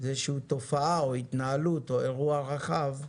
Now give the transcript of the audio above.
זה תופעה, או התנהלות, או אירוע רחב,